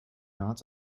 not